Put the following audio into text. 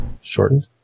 Shortened